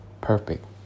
perfect